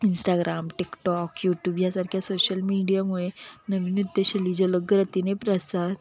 Instagram TikTok YouTube social सोशल मीडियामुळे नवीन नृत्यशैली जलद गतीने प्रसार